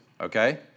okay